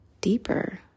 Deeper